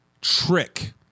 trick